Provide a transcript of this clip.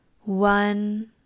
one